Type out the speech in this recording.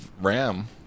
ram